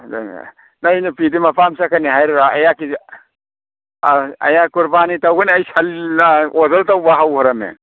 ꯑꯗꯨꯅ ꯅꯣꯏ ꯅꯨꯄꯤꯗꯤ ꯃꯄꯥꯝ ꯆꯠꯀꯅꯤ ꯍꯥꯏꯔꯤꯕꯣ ꯑꯩꯍꯥꯛꯀꯤꯗꯤ ꯑꯩꯍꯥꯛ ꯀꯨꯔꯕꯥꯅꯤ ꯇꯧꯒꯅꯤ ꯑꯩ ꯁꯜ ꯑꯥ ꯑꯣꯗꯔ ꯇꯧꯕ ꯍꯧꯒ꯭ꯔꯃꯤ